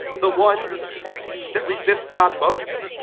the one that resists god most?